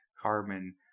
carbon